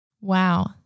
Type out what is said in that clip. Wow